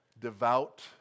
devout